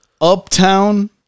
uptown